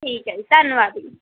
ਠੀਕ ਹੈ ਜੀ ਧੰਨਵਾਦ ਜੀ